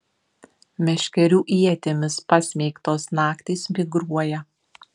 meškerių ietimis pasmeigtos naktys migruoja